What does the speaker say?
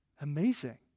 Amazing